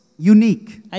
Unique